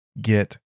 get